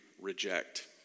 reject